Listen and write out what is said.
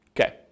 Okay